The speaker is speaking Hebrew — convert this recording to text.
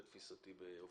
לתפיסתי.